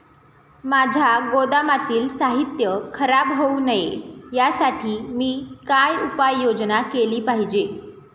माझ्या गोदामातील साहित्य खराब होऊ नये यासाठी मी काय उपाय योजना केली पाहिजे?